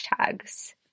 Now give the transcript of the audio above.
hashtags